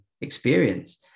experience